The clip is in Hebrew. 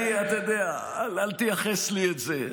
אני, אתה יודע, אל תייחס לי את זה.